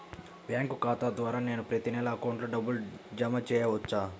Bank ఖాతా ద్వారా నేను ప్రతి నెల అకౌంట్లో డబ్బులు జమ చేసుకోవచ్చా?